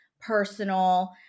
personal